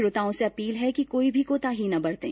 श्रोताओं से अपील है कि कोई भी कोताही न बरतें